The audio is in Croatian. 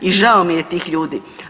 I žao mi je tih ljudi.